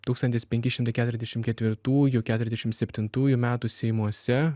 tūkstantis penki šimtai keturiasdešim ketvirtųjų keturiasdešim septintųjų metų seimuose